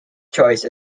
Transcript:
choice